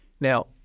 Now